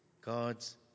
God's